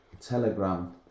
Telegram